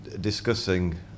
discussing